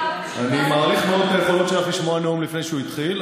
אני מעריך מאוד את היכולת שלך לשמוע נאום לפני שהוא התחיל,